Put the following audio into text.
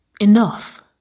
enough